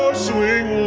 ah swing